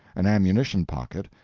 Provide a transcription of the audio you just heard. an ammunition-pocket,